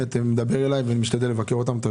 שמת את השאלה